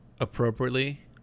appropriately